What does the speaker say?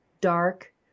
dark